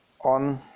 On